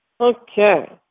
Okay